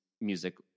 music